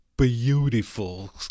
beautiful